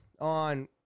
on